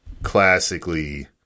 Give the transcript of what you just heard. classically